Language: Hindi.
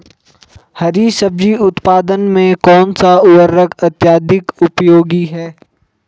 हरी सब्जी उत्पादन में कौन सा उर्वरक अत्यधिक उपयोगी है?